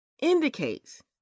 indicates